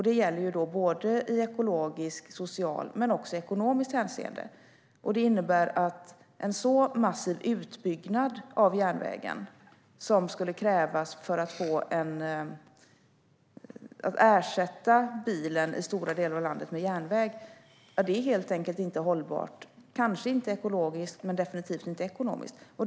Det gäller i både ekologiskt och socialt men också ekonomiskt hänseende. En så massiv utbyggnad av järnvägen som skulle krävas för att ersätta bilen med järnväg i stora delar av landet är helt enkelt inte hållbar, kanske inte ekologiskt och definitivt inte ekonomiskt.